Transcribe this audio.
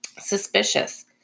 suspicious